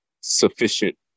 sufficient